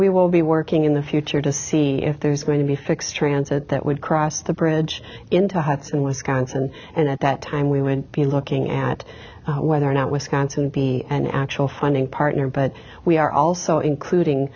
we will be working in the future to see if there's going to be fixed transit that would cross the bridge into hudson wisconsin and at that time we went be looking at whether or not wisconsin be an actual funding partner but we are also including